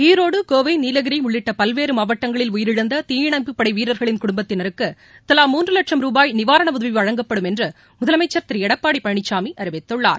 ஈரோடு கோவை நீலகிரி உள்ளிட்ட பல்வேறு மாவட்டங்களில் உயிரிழந்த தீயணைப்பு படை வீரர்களின் குடும்பத்தினருக்கு தலா மூன்று வட்சம் ரூபாய் நிவாரண உதவி வழங்கப்படும் என்று முதலமைச்சர் திரு எடப்பாடி பழனிசாமி அறிவித்துள்ளார்